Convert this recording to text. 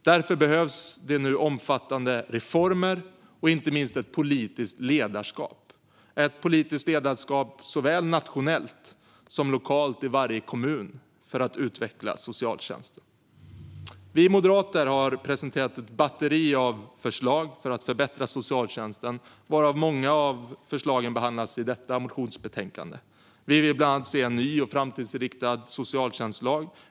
Därför behövs det nu omfattande reformer och inte minst ett politiskt ledarskap, ett politiskt ledarskap såväl nationellt som lokalt i varje kommun för att utveckla socialtjänsten. Vi moderater har presenterat ett batteri av förslag för att förbättra socialtjänsten, varav många av förslagen behandlas i detta motionsbetänkande. Vi vill bland annat se en ny och framtidsinriktad socialtjänstlag.